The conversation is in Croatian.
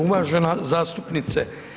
Uvažena zastupnice.